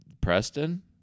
Preston